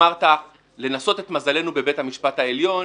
אמרת: לנסות את מזלנו בבית המשפט העליון,